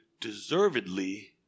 deservedly